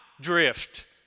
drift